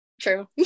True